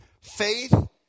faith